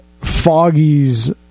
foggy's